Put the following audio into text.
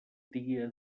dia